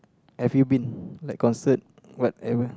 have you been like concert whatever